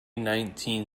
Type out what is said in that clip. nineteen